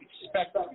expect